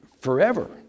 forever